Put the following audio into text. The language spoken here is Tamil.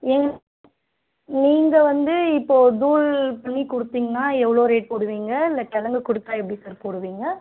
எங் நீங்கள் வந்து இப்போது தூள் பண்ணிக் கொடுத்தீங்கன்னா எவ்வளோ ரேட் போடுவீங்க இல்லை கெழங்கு கொடுத்தா எப்படி சார் போடுவீங்க